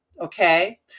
Okay